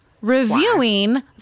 reviewing